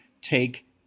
take